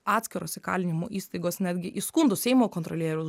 atskiros įkalinimo įstaigos netgi į skundus seimo kontrolieriaus